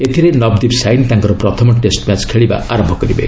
ଏଥିରେ ନପଦୀପ ସାଇନି ତାଙ୍କର ପ୍ରଥମ ଟେଷ୍ଟ ମ୍ୟାଚ୍ ଖେଳିବା ଆରନ୍ଭ କରିବେ